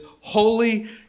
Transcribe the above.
holy